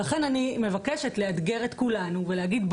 ולכן אני מבקשת לאתגר את כולנו ולהגיד: